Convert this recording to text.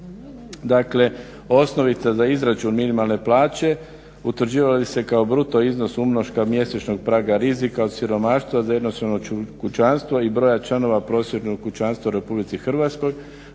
Dakle, osnovica za izračun minimalne plaće utvrđivala bi se kao bruto iznos umnoška mjesečnog praga rizika od siromaštva …/Govornik se ne razumije./… kućanstva i broja članova prosječnog kućanstva u RH